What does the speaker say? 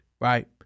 right